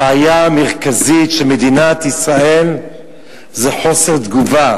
הבעיה המרכזית של מדינת ישראל זה חוסר תגובה